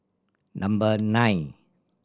number nine